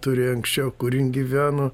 turėjo anksčiau kur jis gyveno